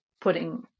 putting